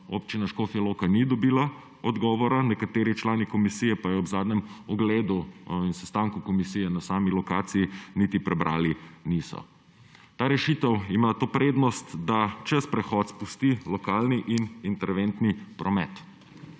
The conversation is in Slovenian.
Občina Škofja Loka ni dobila odgovora. Nekateri člani komisije pa je ob zadnjem ogledu in sestanku komisije na sami lokaciji niti prebrali niso. Ta rešitev ima to prednost, da čez prehod spusti lokalni in interventni promet.